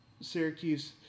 Syracuse